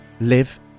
live